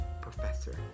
professor